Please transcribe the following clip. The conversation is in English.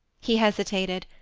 he hesitated.